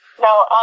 no